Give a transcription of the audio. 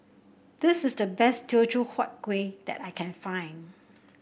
this is the best Teochew Huat Kueh that I can find